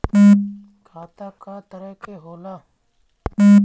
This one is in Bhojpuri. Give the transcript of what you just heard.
खाता क तरह के होला?